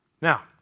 Now